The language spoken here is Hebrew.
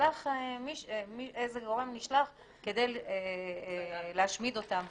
ונשלח איזה גורם כדי להשמיד אותם,